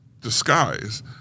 disguise